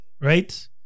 right